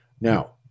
Now